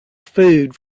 food